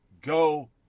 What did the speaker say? go